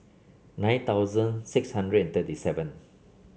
nine thousand six hundred and thirty seven